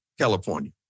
California